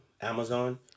Amazon